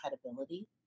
credibility